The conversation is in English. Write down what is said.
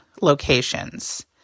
locations